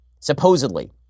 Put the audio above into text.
supposedly